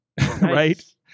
right